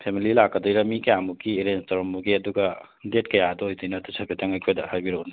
family ꯂꯥꯛꯀꯗꯣꯏꯔ ꯃꯤ ꯀꯌꯥꯃꯨꯛꯀꯤ ꯑꯦꯔꯦꯟꯖ ꯇꯧꯔꯝꯃꯨꯒꯦ ꯑꯗꯨꯒ ꯗꯦꯠ ꯀꯌꯥꯗ ꯑꯣꯏꯗꯣꯏꯅꯣ ꯑꯗꯨꯁꯨ ꯍꯥꯏꯐꯦꯠꯇꯪ ꯑꯩꯈꯣꯏꯗ ꯍꯥꯏꯕꯤꯔꯛꯎꯅꯦ